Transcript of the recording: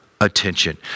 attention